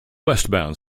westbound